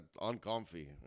uncomfy